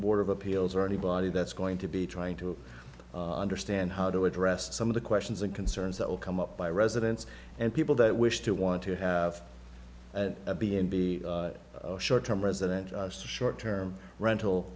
board of appeals or anybody that's going to be trying to understand how to address some of the questions and concerns that will come up by residents and people that wish to want to have a b and b short term resident short term rental